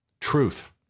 Truth